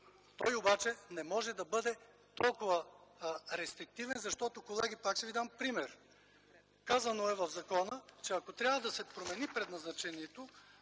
но той не може да бъде толкова рестриктивен, защото, колеги, пак ще ви дам пример: казано е в закона, че ако трябва да се промени предназначението